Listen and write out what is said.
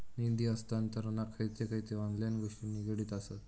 निधी हस्तांतरणाक खयचे खयचे ऑनलाइन गोष्टी निगडीत आसत?